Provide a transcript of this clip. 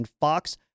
Fox